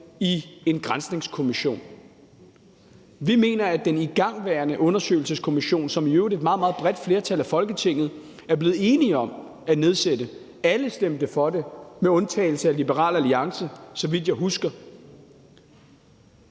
i en granskningskommission. Kl. 17:26 Vi mener, det skal være i den igangværende undersøgelseskommission, som i øvrigt et meget, meget bredt flertal af Folketinget er blevet enige om at nedsætte – alle stemte for det med undtagelse af Liberal Alliance, så vidt jeg husker.